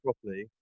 properly